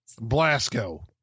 Blasco